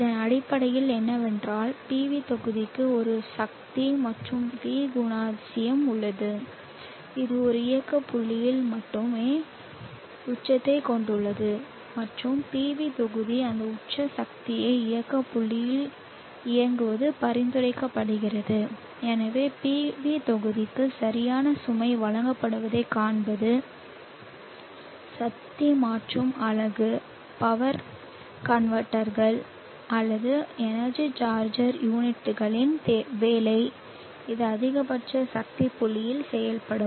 இதன் அடிப்படையில் என்னவென்றால் PV தொகுதிக்கு ஒரு சக்தி மற்றும் V குணாதிசயம் உள்ளது இது ஒரு இயக்க புள்ளியில் மட்டுமே உச்சத்தைக் கொண்டுள்ளது மற்றும் PV தொகுதி அந்த உச்ச சக்தி இயக்க புள்ளியில் இயங்குவது பரிந்துரைக்கப்படுகிறது எனவே PV தொகுதிக்கு சரியான சுமை வழங்கப்படுவதைக் காண்பது சக்தி மாற்றும் அலகு பவர் கன்வெர்ட்டர்கள் அல்லது எனர்ஜி சார்ஜர் யூனிட்டுகளின் வேலை இது அதிகபட்ச சக்தி புள்ளியில் செயல்படும்